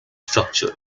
structure